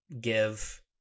give